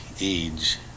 age